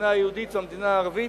המדינה היהודית והמדינה הערבית,